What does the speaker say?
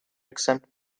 exempt